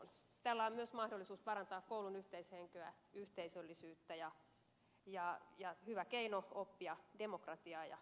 tällä on myös mahdollisuus parantaa koulun yhteishenkeä yhteisöllisyyttä ja se on hyvä keino oppia demokratiaa ja vaikuttamista